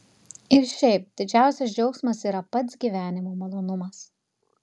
ir šiaip didžiausias džiaugsmas yra pats gyvenimo malonumas